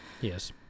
Yes